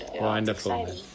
Wonderful